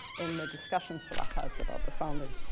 in the discussion salah has about the founding.